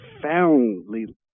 profoundly